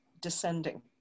descending